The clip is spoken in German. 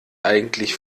eigentlich